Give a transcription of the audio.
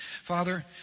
Father